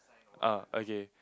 orh okay